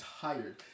tired